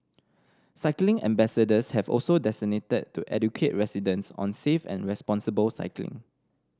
cycling ambassadors have also designated to educate residents on safe and responsible cycling